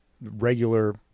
regular